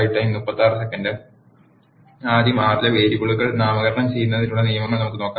ആദ്യം R ലെ വേരിയബിളുകൾ നാമകരണം ചെയ്യുന്നതിനുള്ള നിയമങ്ങൾ നമുക്ക് നോക്കാം